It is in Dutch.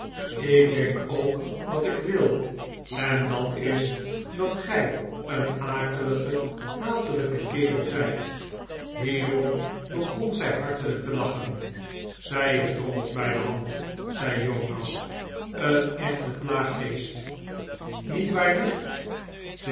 ik denk ook wat ik wii en dat is dat gij een akelige hatelijke kerel zijt hierop begon zij hartelijk te lachen zij is drommels bij de hand zei jonas een echte plaaggeest niet waar nicht